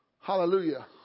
Hallelujah